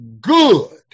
good